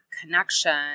connection